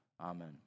Amen